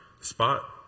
Spot